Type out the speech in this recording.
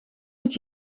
het